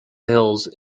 hills